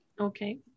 Okay